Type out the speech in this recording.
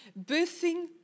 birthing